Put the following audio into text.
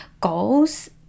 goals